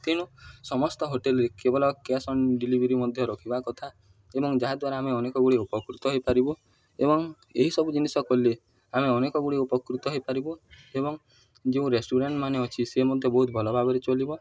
ତେଣୁ ସମସ୍ତ ହୋଟେଲ୍ରେ କେବଳ କ୍ୟାସ୍ ଅନ୍ ଡେଲିଭରି ମଧ୍ୟ ରଖିବା କଥା ଏବଂ ଯାହା ଦ୍ୱାରା ଆମେ ଅନେକ ଗୁଡ଼ିଏ ଉପକୃତ ହୋଇପାରିବୁ ଏବଂ ଏହିସବୁ ଜିନିଷ କଲେ ଆମେ ଅନେକ ଗୁଡ଼ିଏ ଉପକୃତ ହୋଇପାରିବୁ ଏବଂ ଯେଉଁ ରେଷ୍ଟୁରାଣ୍ଟ୍ମାନେ ଅଛି ସେ ମଧ୍ୟ ବହୁତ ଭଲ ଭାବରେ ଚଳିବ